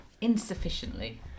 Insufficiently